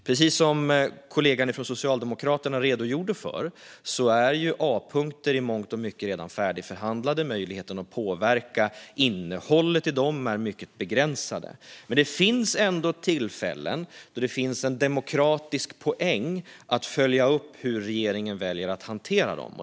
Precis som kollegan från Socialdemokraterna redogjorde för är ju Apunkter i mångt och mycket redan färdigförhandlade, och möjligheten att påverka innehållet i dem är mycket begränsad. Men det finns ändå tillfällen då det finns en demokratisk poäng med att följa upp hur regeringen väljer att hantera dem.